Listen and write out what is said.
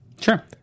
Sure